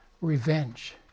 revenge